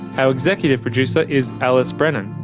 our executive producer is alice brennan.